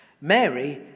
Mary